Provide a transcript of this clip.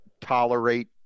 tolerate